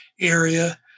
area